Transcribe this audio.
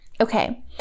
Okay